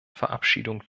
verabschiedung